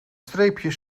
streepjes